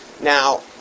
Now